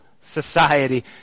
society